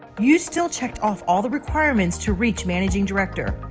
you still checked off all the requirements to reach managing director.